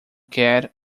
quer